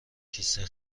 کیسه